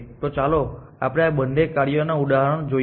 તો ચાલો આપણે આ બંને કાર્યોના ઉદાહરણો જોઈએ